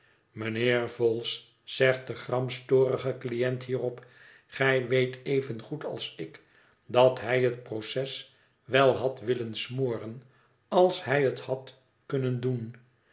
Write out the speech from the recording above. mijnheer vholes zegt de gramstorige cliënt hierop gij weet evengoed als ik dat hij het proces wel had willen smoren als hij het had kunnen doen